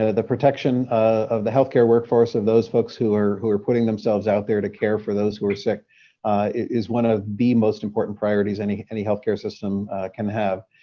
ah the protection of the health care workforce, of those folks who are who are putting themselves out there to care for those who are sick, it is one of the most important priorities any any health care system can have.